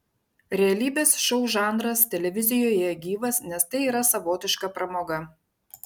realybės šou žanras televizijoje gyvas nes tai yra savotiška pramoga